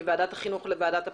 מוועדת החינוך לוועדת הפנים.